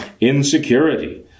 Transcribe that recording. Insecurity